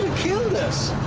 killed us!